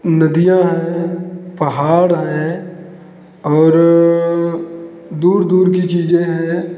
नदियां हैं पहाड़ हैं और दूर दूर की चीज़ें हैं